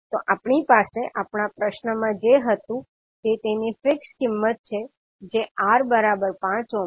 તો આપણી પાસે આપણા પ્રશ્નમાં જે હતું તે તેની ફિક્સ કિંમત છે જે R 5 ઓહ્મ છે